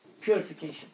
Purification